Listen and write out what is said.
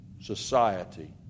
society